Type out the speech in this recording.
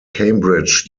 cambridge